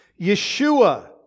Yeshua